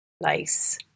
Nice